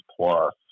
Plus